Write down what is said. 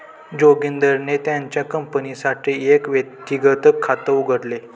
जोगिंदरने त्याच्या कंपनीसाठी एक व्यक्तिगत खात उघडले